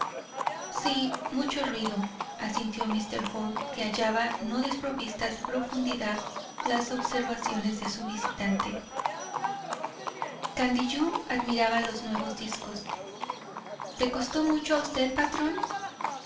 sí mucho ruido asintió míster hall que hallaba no desprovistas de profundidad las observaciones de su visitante candiyú admiraba los nuevos discos te costó mucho a usted patrón